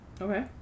Okay